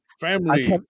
family